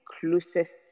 closest